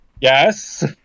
yes